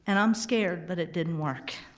and i'm scared but it didn't work.